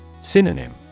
Synonym